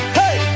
hey